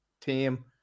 team